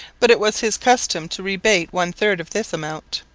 but it was his custom to rebate one-third of this amount.